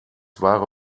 wahre